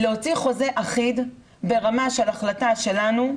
להוציא חוזה אחיד ברמה של החלטה שלנו,